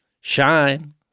shine